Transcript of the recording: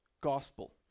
gospel